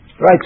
Right